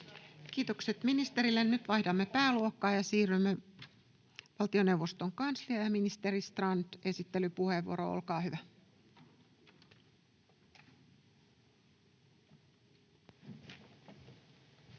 Kiitokset ministerille. — Nyt vaihdamme pääluokkaa ja siirrymme valtioneuvoston kansliaan. — Ministeri Strand, esittelypuheenvuoro, olkaa hyvä.